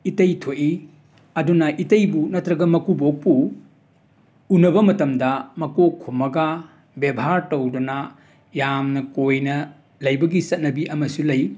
ꯏꯇꯩ ꯊꯣꯛꯏ ꯑꯗꯨꯅ ꯏꯇꯩꯕꯨ ꯅꯠꯇ꯭ꯔꯒ ꯃꯀꯨꯕꯣꯛꯄꯨ ꯎꯟꯅꯕ ꯃꯇꯝꯗ ꯃꯀꯣꯛ ꯈꯨꯝꯃꯒ ꯕꯦꯚꯥꯔ ꯇꯧꯗꯨꯅ ꯌꯥꯝꯅ ꯀꯣꯏꯅ ꯂꯩꯕꯒꯤ ꯆꯠꯅꯕꯤ ꯑꯃꯁꯨ ꯂꯩ